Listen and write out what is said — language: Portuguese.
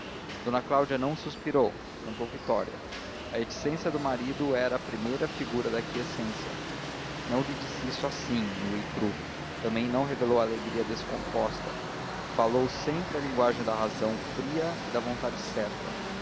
d cláudia não suspirou cantou vitória a reticência do marido era a primeira figura de aquiescência não lhe disse isto assim nu e cru também não revelou alegria descomposta falou sempre a linguagem da razão fria e da vontade certa